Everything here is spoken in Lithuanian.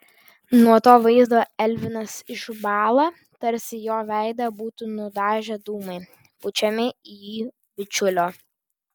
nuo to vaizdo elvinas išbąla tarsi jo veidą būtų nudažę dūmai pučiami į jį bičiulio